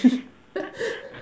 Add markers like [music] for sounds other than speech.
[laughs]